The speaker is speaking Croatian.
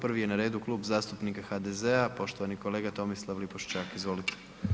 Prvi je na redu Klub zastupnika HDZ-a, poštovani kolega Tomislav Lipošćak, izvolite.